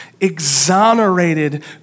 exonerated